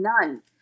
none